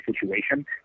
situation